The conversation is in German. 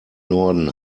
norden